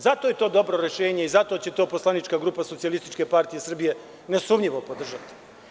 Zato je to dobro rešenje i zato će to poslanička grupa Socijalističke partije Srbije nesumnjivo podržati.